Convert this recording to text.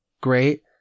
great